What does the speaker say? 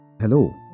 Hello